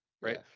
right